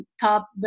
top